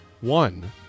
One